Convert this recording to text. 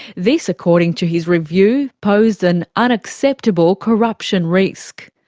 this, according to his review, posed an unacceptable corruption risk.